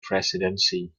presidency